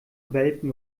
welpen